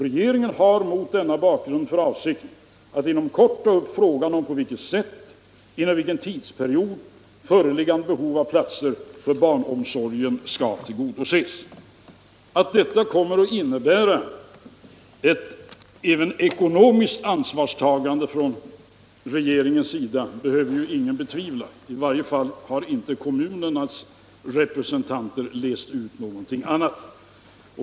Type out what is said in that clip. Regeringen har mot denna bakgrund för avsikt att inom kort ta upp frågan om på vilket sätt och inom vilken tidsperiod föreliggande behov av platser för barnomsorg kan tillgodoses.” Att detta kommer att innebära även ett ekonomiskt ansvarstagande från regeringens sida behöver ingen betvivla. I varje fall har inte kommunernas representanter läst ut någonting annat.